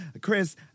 Chris